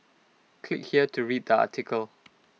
click here to read the article